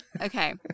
Okay